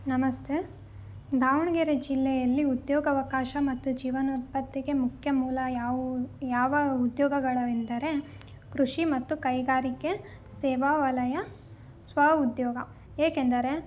ನಮಸ್ತೆ ದಾವಣಗೆರೆ ಜಿಲ್ಲೆಯಲ್ಲಿ ಉದ್ಯೋಗಾವಕಾಶ ಮತ್ತು ಜೀವನೋತ್ಪತ್ತಿಗೆ ಮುಖ್ಯ ಮೂಲ ಯಾವ ಯಾವ ಉದ್ಯೋಗಗಳು ಎಂದರೆ ಕೃಷಿ ಮತ್ತು ಕೈಗಾರಿಕೆ ಸೇವಾ ವಲಯ ಸ್ವಉದ್ಯೋಗ ಏಕೆಂದರೆ